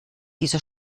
dieser